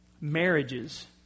marriages